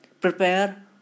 prepare